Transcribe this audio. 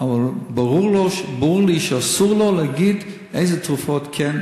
אבל ברור לי שאסור לו להגיד איזה תרופות כן,